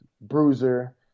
bruiser